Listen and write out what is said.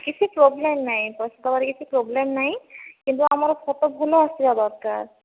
କିଛି ପ୍ରୋବ୍ଲେମ ନାହିଁ କଷ୍ଟମର କିଛି ପ୍ରୋବ୍ଲେମ ନାହିଁ କିନ୍ତୁ ଆମର ଫଟୋ ଭଲ ଆସିବା ଦରକାର